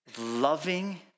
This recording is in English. loving